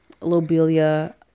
lobelia